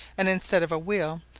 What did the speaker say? and instead of a wheel,